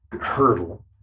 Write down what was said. hurdle